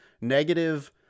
negative